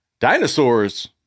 dinosaurs